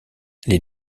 les